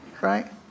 Right